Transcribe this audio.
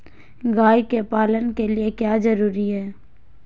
गाय के पालन के लिए क्या जरूरी है?